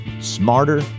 Smarter